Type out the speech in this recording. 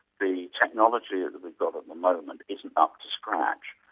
the technology ah that we've got at the moment isn't up to scratch.